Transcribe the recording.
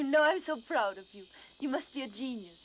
know i'm so proud of you you must be a genius